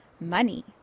money